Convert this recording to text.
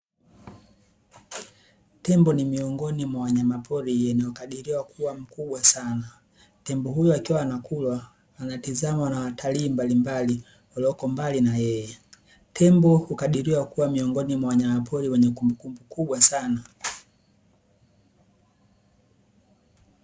Tembo ni miongoni mwa wanyamapori wenye ukadirio kuwa mkubwa sana. Tembo huyu akiwa anakula, anatizamwa na watalii mbalimbali waliopo mbali na yeye. Tembo hukadiria kuwa miongoni wa wanyamapori wenye kumbukumbu kubwa sana.